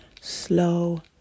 slow